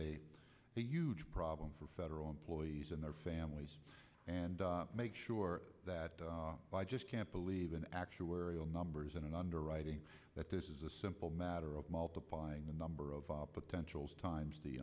a huge problem for federal employees and their families and make sure that i just can't believe in actuarial numbers and underwriting that this is a simple matter of multiplying the number of potential times